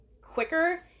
quicker